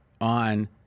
on